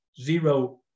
zero